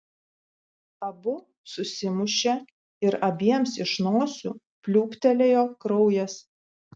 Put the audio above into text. abu susimušė ir abiems iš nosių pliūptelėjo kraujas